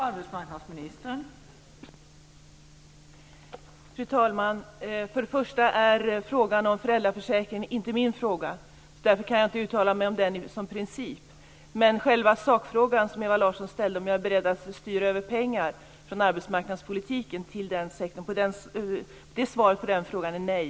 Fru talman! Först och främst är inte frågan om föräldraförsäkringen min fråga. Därför kan jag inte uttala mig om den i princip. Men svaret på själva sakfrågan som Ewa Larsson ställde, om jag är beredd att styra över pengar från arbetsmarknadspolitiken till föräldraförsäkringen, är nej.